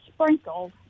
sprinkled